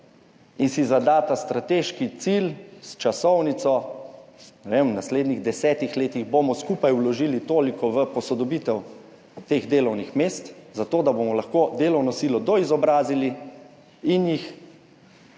in si zadata strateški cilj s časovnico, ne vem, v naslednjih desetih letih bomo skupaj vložili toliko v posodobitev teh delovnih mest zato, da bomo lahko delovno silo doizobrazili in jih